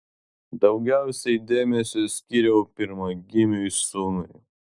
daugiausiai dėmesio skyriau pirmagimiui sūnui